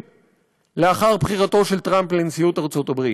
לאחר בחירתו של טראמפ לנשיאות ארצות-הברית.